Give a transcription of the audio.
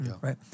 Right